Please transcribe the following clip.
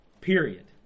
period